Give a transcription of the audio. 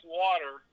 water